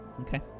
Okay